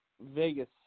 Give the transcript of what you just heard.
Vegas